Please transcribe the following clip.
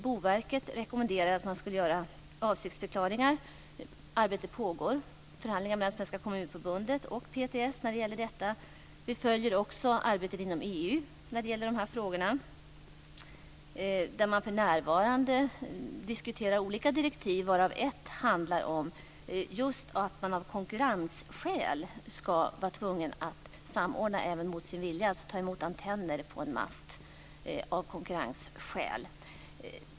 Boverket rekommenderade att man skulle göra avsiktsförklaringar, och arbetet pågår med förhandlingar mellan Svenska kommunförbundet och PTS när det gäller detta. Vi följer också arbetet inom EU i de här frågorna, där man för närvarande diskuterar olika direktiv varav ett handlar om att man av konkurrensskäl ska vara tvungen att samordna även mot sin vilja, alltså ta emot antenner på en mast av konkurrensskäl.